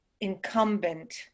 incumbent